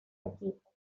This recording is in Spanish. equipos